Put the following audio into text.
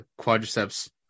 quadriceps